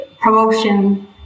promotion